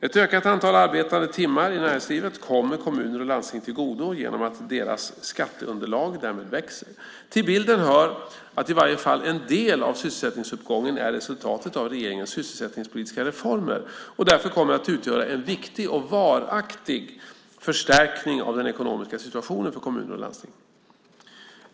Ett ökat antal arbetade timmar i näringslivet kommer kommuner och landsting till godo genom att deras skatteunderlag därmed växer. Till bilden hör att i varje fall en del av sysselsättningsuppgången är ett resultat av regeringens sysselsättningspolitiska reformer och därför kommer att utgöra en viktig och varaktig förstärkning av den ekonomiska situationen för kommuner och landsting.